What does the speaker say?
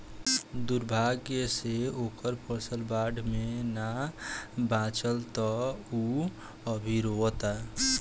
दुर्भाग्य से ओकर फसल बाढ़ में ना बाचल ह त उ अभी रोओता